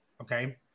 Okay